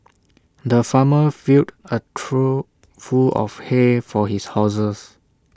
the farmer filled A trough full of hay for his horses